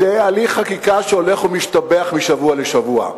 זה הליך חקיקה שהולך ומשתבח משבוע לשבוע.